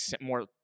more